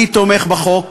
אני תומך בחוק